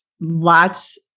Lots